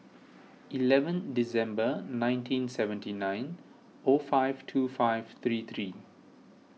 eleven December nineteen seventy nine O five two five three three